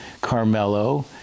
Carmelo